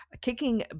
kicking-